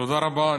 תודה רבה.